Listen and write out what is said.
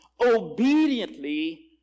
obediently